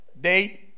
Date